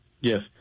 Yes